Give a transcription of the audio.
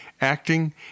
acting